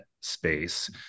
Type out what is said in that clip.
space